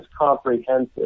comprehensive